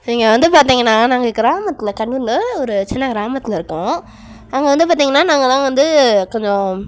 இங்கே வந்து பார்த்திங்கன்னா நாங்கள் கிராமத்தில் ஒரு சின்ன கிராமத்தில் இருக்கோம் அங்கே வந்து பார்த்திங்கன்னா நாங்கள் தான் வந்து கொஞ்சம்